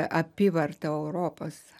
apyvarta europos